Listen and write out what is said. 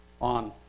on